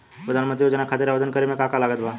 प्रधानमंत्री योजना खातिर आवेदन करे मे का का लागत बा?